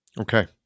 Okay